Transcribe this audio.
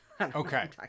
Okay